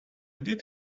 did